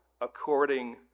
according